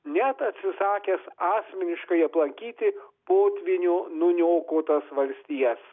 net atsisakęs asmeniškai aplankyti potvynio nuniokotas valstijas